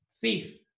thief